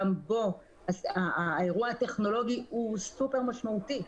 גם פה האירוע הטכנולוגי הוא סופר-משמעותי.